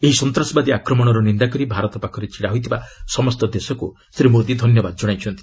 ଏହି ସନ୍ତାସବାଦୀ ଆକ୍ରମଣର ନିନ୍ଦା କରି ଭାରତ ପାଖରେ ଛିଡ଼ା ହୋଇଥିବା ସମସ୍ତ ଦେଶକୁ ଶ୍ରୀ ମୋଦି ଧନ୍ୟବାଦ ଜଣାଇଛନ୍ତି